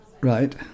Right